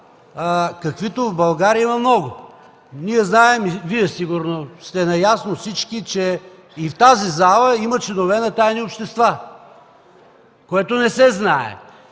каквито в България има много. Ние знаем, и всички Вие сигурно сте наясно, че и в тази зала има членове на тайни общества, което не се знае.